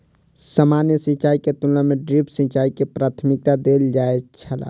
सामान्य सिंचाई के तुलना में ड्रिप सिंचाई के प्राथमिकता देल जाय छला